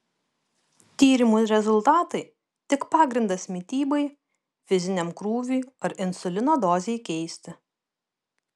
tyrimų rezultatai tik pagrindas mitybai fiziniam krūviui ar insulino dozei keisti